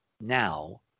now